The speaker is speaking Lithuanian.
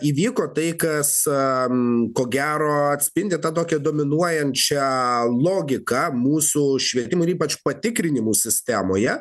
įvyko tai kas ko gero atspindi tą tokią dominuojančią logiką mūsų švietimo ir ypač patikrinimų sistemoje